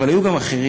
אבל היו גם אחרים,